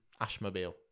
Ashmobile